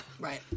Right